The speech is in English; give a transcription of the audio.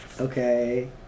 Okay